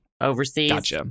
overseas